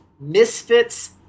Misfits